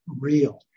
real